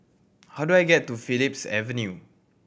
how do I get to Phillips Avenue